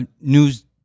news